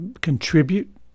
contribute